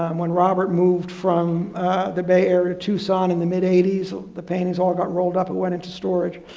um when robert moved from the bay area tucson in the mid eighty s the paintings all got rolled up and went into storage.